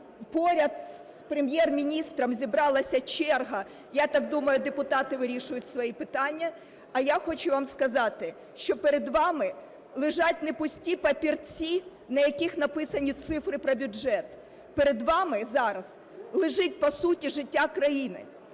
Поряд з Прем'єр-міністром зібралася черга, я так думаю, депутати вирішують свої питання. А я хочу вам сказати, що перед вам лежать не пусті папірці, на яких написані цифри про бюджет, перед вам зараз лежить по суті життя країни,